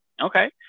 Okay